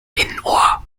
innenohr